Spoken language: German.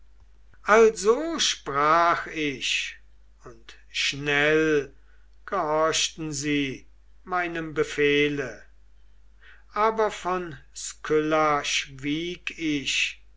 also sprach ich und schnell gehorchten sie meinem befehle aber von skylla schwieg ich